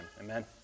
Amen